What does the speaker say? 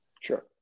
Sure